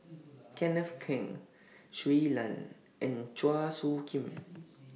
Kenneth Keng Shui Lan and Chua Soo Khim